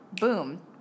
Boom